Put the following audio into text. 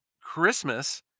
Christmas